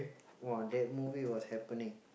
!wow! that movie was happening